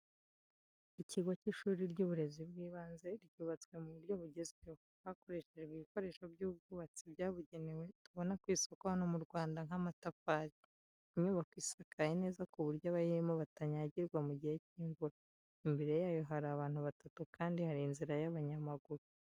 Ikigo cy’ishuri ry’uburezi bw’ibanze, ryubatswe mu buryo bugezweho, hakoreshejwe ibikoresho by’ubwubatsi byabugenewe tubona ku isoko hano mu Rwanda nk'amatafari. Inyubako isakaye neza ku buryo abayirimo batanyagirwa mu gihe cy’imvura. Imbere yayo hari abantu batatu kandi hari inzira y'abanyamaguru.